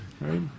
right